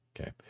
Okay